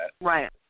Right